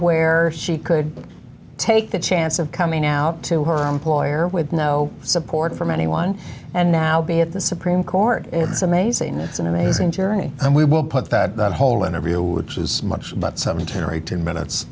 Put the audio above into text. where she could take the chance of coming out to her employer with no support from anyone and now being at the supreme court it's amazing it's an amazing journey and we will put that whole interview which is much about seventeen or eighteen minutes